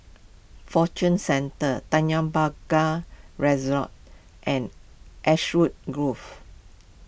Fortune Centre Tanjong Pagar resort and Ashwood Grove